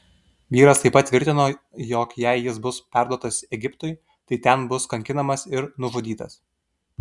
vyras taip pat tvirtino jog jei jis bus perduotas egiptui tai ten bus kankinamas ir nužudytas